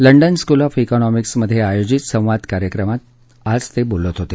London school of इकॉनॉमिक्समध्ये आयोजित संवाद कार्यक्रमात आज ते बोलत होते